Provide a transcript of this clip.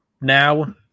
now